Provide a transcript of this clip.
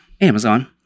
Amazon